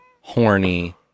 horny